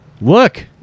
look